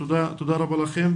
תודה רבה לכם,